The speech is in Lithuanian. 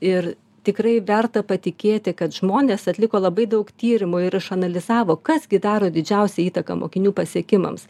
ir tikrai verta patikėti kad žmonės atliko labai daug tyrimų ir išanalizavo kas gi daro didžiausią įtaką mokinių pasiekimams